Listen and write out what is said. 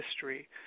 history